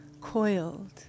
coiled